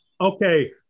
okay